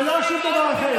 בבניין הזה, הכי אנטי-דמוקרטי.